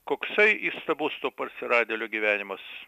koksai įstabus to parsiradėlio gyvenimas